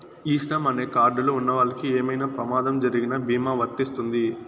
ఈ శ్రమ్ అనే కార్డ్ లు ఉన్నవాళ్ళకి ఏమైనా ప్రమాదం జరిగిన భీమా వర్తిస్తుంది